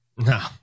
No